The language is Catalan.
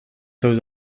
seus